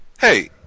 Hey